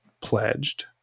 pledged